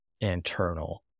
internal